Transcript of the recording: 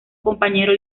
compañero